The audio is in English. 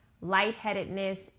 lightheadedness